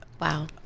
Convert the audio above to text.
Wow